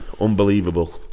unbelievable